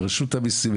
לרשות המיסים,